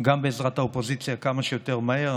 גם בעזרת האופוזיציה, כמה שיותר מהר.